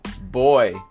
boy